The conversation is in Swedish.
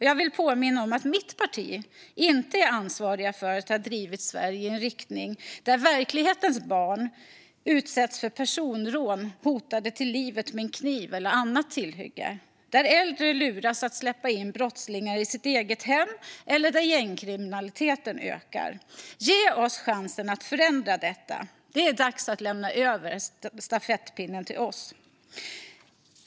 Jag vill påminna om att mitt parti inte är ansvarigt för att ha drivit Sverige i en riktning där verklighetens barn utsätts för personrån och hotas till livet med kniv eller andra tillhyggen, där äldre luras att släppa in brottslingar i sitt eget hem och där gängkriminaliteten ökar. Ge oss chansen att förändra detta! Det är dags att lämna över stafettpinnen till oss.